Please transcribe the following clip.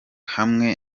hamwe